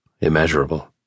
Immeasurable